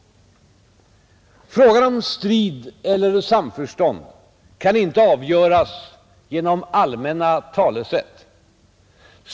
Frågan om strid eller samförstånd kan inte avgöras genom allmänna talesätt.